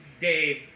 Dave